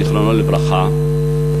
זיכרונו לברכה,